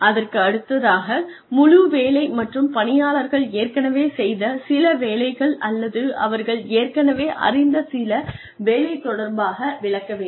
அதற்கு அடுத்ததாக முழு வேலை மற்றும் பணியாளர்கள் ஏற்கனவே செய்த சில வேலைகள் அல்லது அவர்கள் ஏற்கனவே அறிந்த சில வேலை தொடர்பாக விளக்க வேண்டும்